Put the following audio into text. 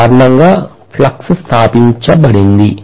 MMF కారణంగా flux స్థాపించబడింది